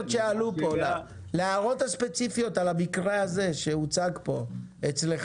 הספציפיות שהועלו פה, על המקרה הזה שהוצג פה אצלך.